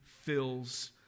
fills